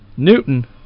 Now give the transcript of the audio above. Newton